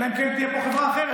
אלא אם כן תהיה פה חברה אחרת.